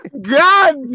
God